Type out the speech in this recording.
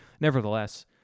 Nevertheless